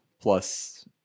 plus